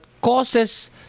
causes